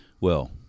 Well-